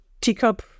teacup